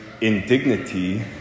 indignity